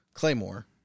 Claymore